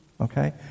Okay